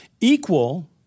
Equal